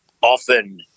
often